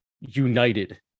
united